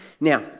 Now